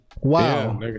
Wow